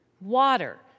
water